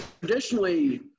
traditionally